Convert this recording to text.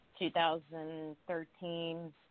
2013